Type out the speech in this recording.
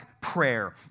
prayer